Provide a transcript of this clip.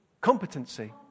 Competency